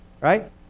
right